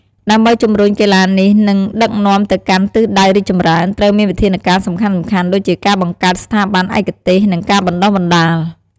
ដើម្បីជំរុញកីឡានេះ និងដឹកនាំទៅកាន់ទិសដៅរីកចម្រើន ត្រូវមានវិធានការសំខាន់ៗដូចជាការបង្កើតស្ថាប័នឯកទេស និងការបណ្ដុះបណ្ដាល។